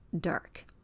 dark